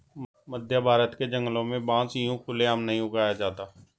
मध्यभारत के जंगलों में बांस यूं खुले आम नहीं उगाया जाता